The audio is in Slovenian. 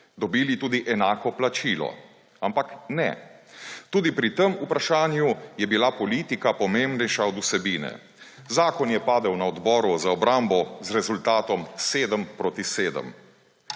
dobili tudi enako plačilo. Ampak ne. tudi pri tem vprašanju je bila politika pomembnejša od vsebine. Zakon je padel na Odboru za obrambo z rezultatom 7 proti 7.